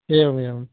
एवमेवं